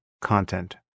content